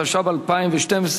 התשע"ב 2012,